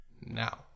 now